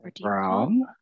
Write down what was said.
brown